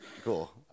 Cool